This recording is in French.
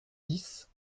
dix